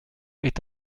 est